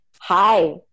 hi